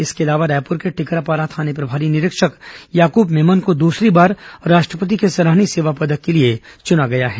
वहीं रायपुर के टिकरापारा थाना प्रभारी निरीक्षक याक्रब मेमन को दूसरी बार राष्ट्रपति के सराहनीय सेवा पदक के लिए चुना गया है